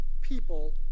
people